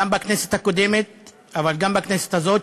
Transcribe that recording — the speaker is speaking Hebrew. גם בכנסת הקודמת אבל גם בכנסת הזאת,